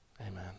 Amen